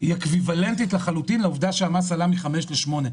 אקוויוולנטית לחלוטין לעובדה שהמס עלה מ-5% ל-8%.